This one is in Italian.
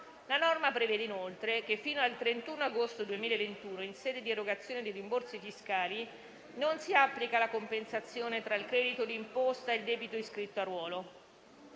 La norma prevede inoltre che, fino al 31 agosto 2021, in sede di erogazione dei rimborsi fiscali, non si applica la compensazione tra il credito di imposta e il debito iscritto a ruolo.